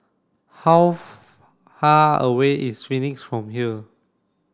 how far away is Phoenix from here